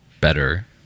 better